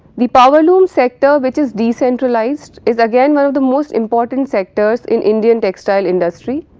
the powerloom sector which is decentralised is again one of the most important sectors in indian textile industry.